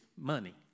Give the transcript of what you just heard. money